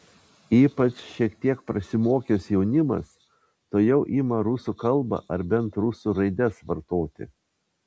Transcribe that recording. ypač šiek tiek prasimokęs jaunimas tuojau ima rusų kalbą ar bent rusų raides vartoti